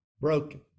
Broken